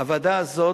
והוועדה הזאת,